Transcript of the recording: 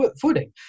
footing